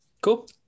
Cool